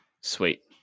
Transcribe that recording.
sweet